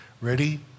Ready